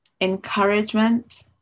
encouragement